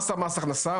מה עשה מס הכנסה?